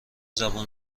زبون